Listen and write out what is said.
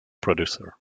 producer